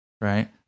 right